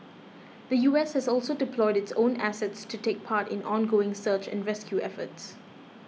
the U S has also deployed its own assets to take part in ongoing search and rescue efforts